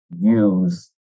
use